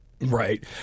Right